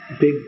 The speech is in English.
big